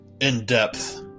in-depth